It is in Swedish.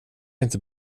inte